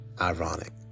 ironic